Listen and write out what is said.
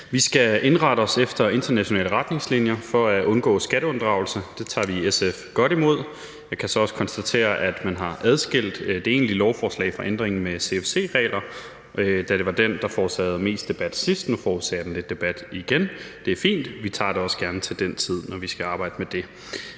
Vi skal indrette os efter internationale retningslinjer for at undgå skatteunddragelse. Det tager vi i SF godt imod. Jeg kan så også konstatere, at man fra det egentlige lovforslag har udskilt ændringen med CFC-reglen, da det var den, der forårsagede mest debat sidst. Nu vil den så forårsage lidt debat igen. Det er fint, vi tager også gerne debatten til den tid, når vi skal arbejde med det.